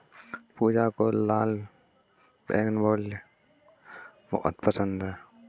पूजा को लाल बोगनवेलिया बहुत पसंद है